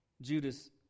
Judas